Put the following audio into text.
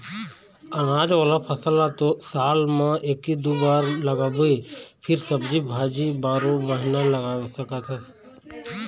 अनाज वाला फसल तो साल म एके दू बार लगाबे फेर सब्जी भाजी बारो महिना लगा सकत हे